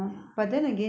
ya